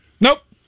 Nope